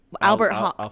Albert